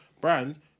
brand